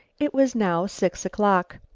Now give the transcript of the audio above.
it was now six o'clock.